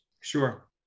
Sure